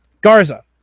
Garza